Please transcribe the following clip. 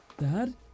Dad